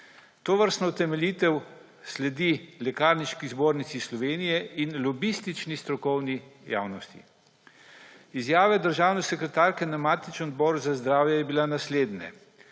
Tovrstna utemeljitev sledi Lekarniški zbornici Slovenije in lobistični strokovni javnosti. Izjave državne sekretarke na matičnem odboru za zdravje je bila naslednja: